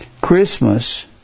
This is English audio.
Christmas